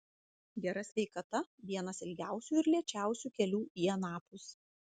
gera sveikata vienas ilgiausių ir lėčiausių kelių į anapus